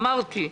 אמרתי: